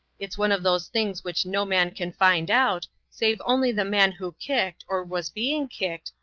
it's one of those things which no man can find out, save only the man who kicked or was being kicked,